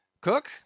cook